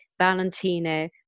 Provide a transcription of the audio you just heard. Valentino